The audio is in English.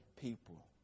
people